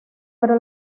pero